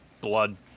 Blood